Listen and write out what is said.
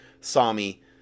Sami